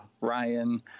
Ryan